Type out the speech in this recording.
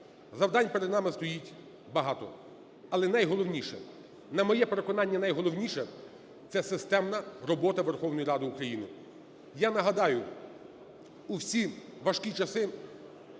Завдань перед нами стоїть багато, але найголовніше, на моє переконання, найголовніше – це системна робота Верховної Ради України. Я нагадаю, у всі важкі часи,